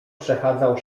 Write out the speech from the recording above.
przechadzał